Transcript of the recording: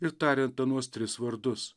ir tariant anuos tris vardus